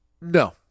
No